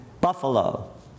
Buffalo